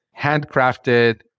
handcrafted